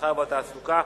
המסחר והתעסוקה,